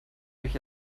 euch